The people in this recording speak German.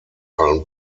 allen